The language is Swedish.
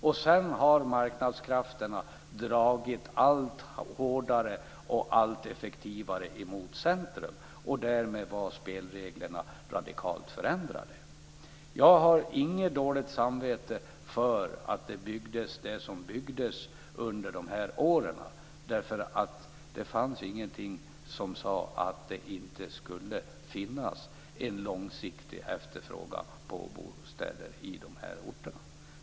Sedan har marknadskrafterna dragit allt hårdare och effektivare mot centrum. Därmed var spelreglerna radikalt förändrade. Jag har inget dåligt samvete för det som byggdes under dessa år. Det fanns ingenting som sade att det inte skulle finnas en långsiktig efterfrågan på bostäder i dessa orter.